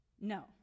no